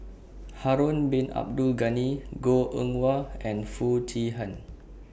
Harun Bin Abdul Ghani Goh Eng Wah and Foo Chee Han